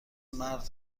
مرد